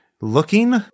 Looking